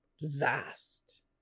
vast